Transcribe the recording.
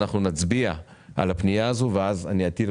מי בעד פנייה מס' 227,228, מי נגד?